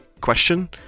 question